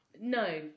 No